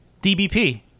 DBP